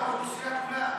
האם יש ייצוג לאוכלוסייה כולה?